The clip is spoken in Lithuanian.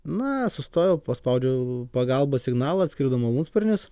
na sustojau paspaudžiau pagalbos signalą atskrido malūnsparnis